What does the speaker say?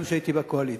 גם כשהייתי בקואליציה,